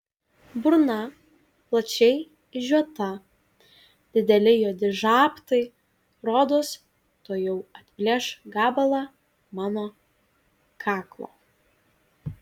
burna plačiai išžiota dideli juodi žabtai rodos tuojau atplėš gabalą mano kaklo